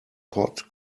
pot